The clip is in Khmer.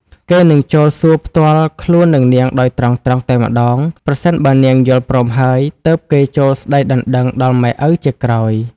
គេនិងចូលសួរផ្ទាល់ខ្លួននឹងនាងដោយត្រង់ៗតែម្ដង ប្រសិនបើនាងយល់ព្រមហើយ ទើបគេចូលស្ដីដណ្ដឹងដល់ម៉ែឪជាក្រោយ ។